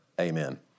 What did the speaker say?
Amen